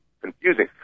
confusing